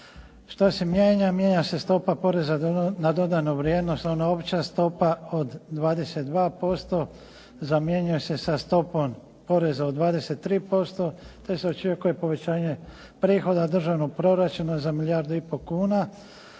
Što se mijenja? Mijenja se stopa poreza na dodanu vrijednost, ona opća stopa od 22% zamjenjuje se sa stopom poreza od 23% te se očekuje povećanje prihoda državnog proračuna za milijardu i pol kuna